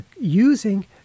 using